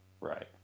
Right